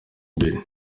imbere